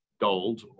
gold